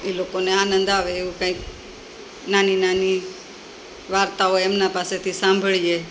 એ લોકોને આનંદ આવે એવું કાંઈક નાની નાની વાર્તાઓ એમના પાસેથી સાંભળીએ